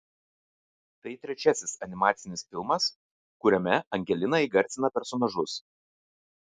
tai trečiasis animacinis filmas kuriame angelina įgarsina personažus